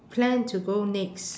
plan to go next